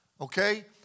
okay